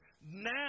now